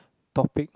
topic